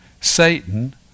Satan